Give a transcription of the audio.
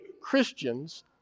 Christians